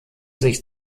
sich